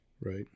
right